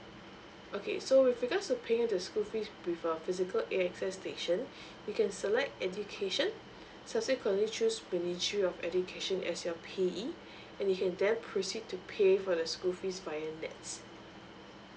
okay so with regards to paying the school fees with a physical A_X_S station you can select education subsequently choose ministry of education as your payee and you can then proceed to pay for the school fees via nets